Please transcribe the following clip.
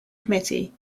committee